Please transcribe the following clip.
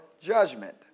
judgment